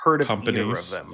companies